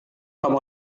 kamu